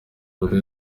buri